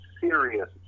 serious